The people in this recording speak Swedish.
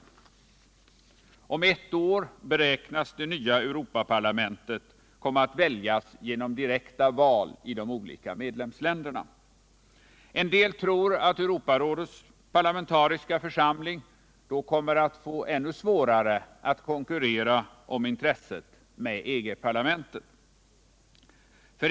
Om ett år beräknas det nya Europaparlamentet komma att väljas genom direkta val i de olika medlemsländerna. En del tror att Europarådets parlamentariska församling då kommer att få ännu svårare att konkurrera om intresset med EG-parlamentet.